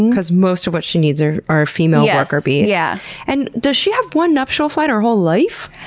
because most of what she needs are are female worker bees. yeah and, does she have one nuptial flight her whole life?